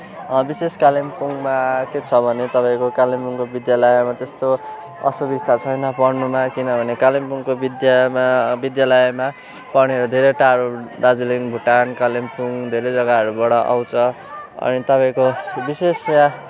विशेष कालिम्पोङमा के छ भने तपाईँको कालिम्पोङको विद्यालयहरूमा त्यस्तो असुविस्ता छैन पढ्नुमा किनभने कालिम्पोङको विद्यामा विद्यालयमा पढ्नेहरू धेरै टाढो दार्जिलिङ भुटान कालिम्पोङ धेरै जग्गाहरूबाट आउँछ अनि तपाईँको विशेष यहाँ